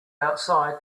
outside